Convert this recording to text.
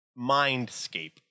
mindscape